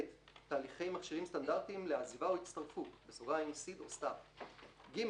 (ב) תהליכי מכשירים סטנדרטיים לעזיבה או להצטרפות (SIDs/STARs); (ג)